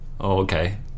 Okay